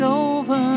over